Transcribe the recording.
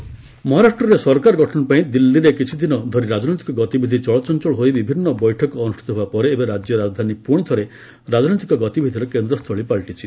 ମହା gov formation ମହାରାଷ୍ଟ୍ରରେ ସରକାର ଗଠନ ପାଇଁ ଦିଲ୍ଲୀରେ କିଛିଦିନ ଧରି ରାଜନୈତିକ ଗତିବିଧି ଚଳଚଞ୍ଚଳ ହୋଇ ବିଭିନ୍ନ ବୈଠକ ଅନୁଷ୍ଠିତ ହେବାପରେ ଏବେ ରାଜ୍ୟ ରାଜଧାନୀ ପୁଣିଥରେ ରାଜନୈତିକ ଗତିବିଧିର କେନ୍ଦ୍ରସ୍ଥଳୀ ପାଲଟିଛି